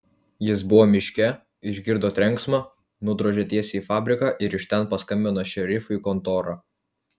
jis buvo miške išgirdo trenksmą nudrožė tiesiai į fabriką ir iš ten paskambino šerifui į kontorą